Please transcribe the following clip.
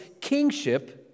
kingship